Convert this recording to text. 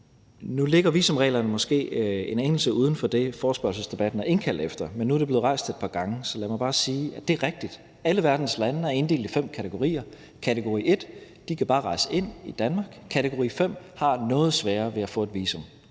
Nu ligger visumreglerne måske en anelse uden for det, forespørgselsdebatten er indkaldt efter, men nu er det blevet rejst et par gange, så lad mig bare sige, at det er rigtigt, at alle verdens lande er inddelt i 5 kategorier. Kategori 1: De kan bare rejse ind i Danmark. I kategori 5 er det noget sværere at få et visum.